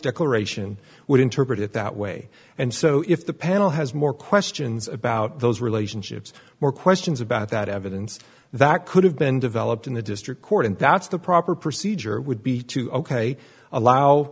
declaration would interpret it that way and so if the panel has more questions about those relationships more questions about that evidence that could have been developed in the district court and that's the proper procedure would be to ok allow